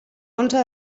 onze